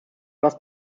das